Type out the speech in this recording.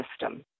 system